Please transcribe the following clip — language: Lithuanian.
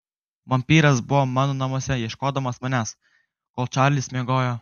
vampyras buvo mano namuose ieškodamas manęs kol čarlis miegojo